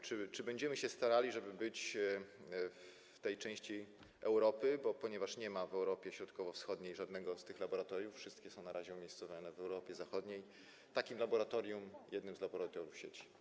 Czy będziemy się starali, żeby być w tej części Europy, ponieważ nie ma w Europie Środkowo-Wschodniej żadnego z tych laboratoriów, wszystkie są na razie umiejscowione w Europie Zachodniej, takim laboratorium, jednym z laboratoriów sieci?